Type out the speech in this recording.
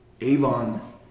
Avon